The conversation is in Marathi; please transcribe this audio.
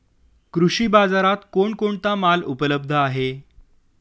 कृषी बाजारात कोण कोणता माल उपलब्ध आहे?